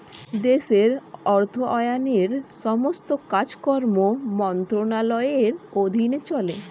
দেশের অর্থায়নের সমস্ত কাজকর্ম মন্ত্রণালয়ের অধীনে চলে